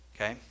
Okay